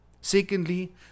Secondly